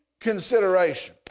consideration